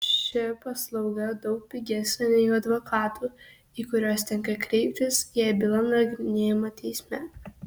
ši paslauga daug pigesnė nei advokatų į kuriuos tenka kreiptis jei byla nagrinėjama teisme